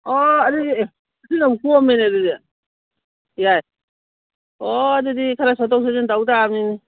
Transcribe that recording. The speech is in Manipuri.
ꯑꯣ ꯑꯗꯨꯗꯤ ꯑꯦ ꯁꯤꯅꯕꯨ ꯀꯣꯝꯃꯦꯅꯦ ꯑꯗꯨꯗꯤ ꯌꯥꯏ ꯑꯣ ꯑꯗꯨꯗꯤ ꯈꯔ ꯁꯣꯇꯣꯛ ꯁꯣꯠꯆꯤꯟ ꯇꯧꯇꯕꯅꯤꯅꯦ